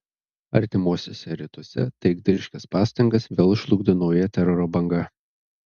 artimuosiuose rytuose taikdariškas pastangas vėl žlugdo nauja teroro banga